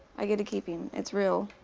i get to keep him. it's real.